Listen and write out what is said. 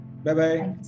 Bye-bye